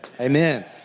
Amen